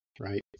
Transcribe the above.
right